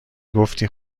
گفتی